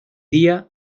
día